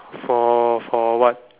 for for what